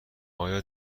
آیا